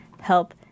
help